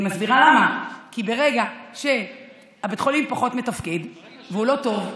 אני מסבירה למה: כי ברגע שבית החולים פחות מתפקד והוא לא טוב,